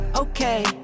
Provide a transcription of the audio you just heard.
Okay